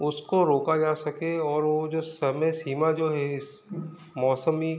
उसको रोका जा सके और वो जो समय सीमा जो है इस मौसमी